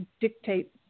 dictate